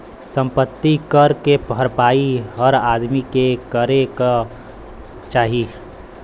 सम्पति कर के भरपाई हर आदमी के करे क चाही